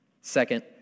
Second